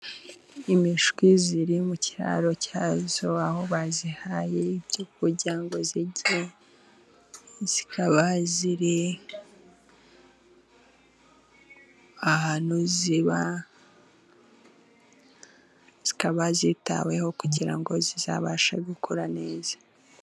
Imishwi iri mu kiraro cyayo, aho bayihaye ibyo kurya ngo irye. Ikaba ahantu iba, ikaba yitaweho kugira ngo izabashe gukura neza.